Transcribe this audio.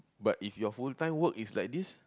but if your full time work is like this